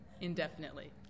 indefinitely